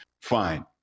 fine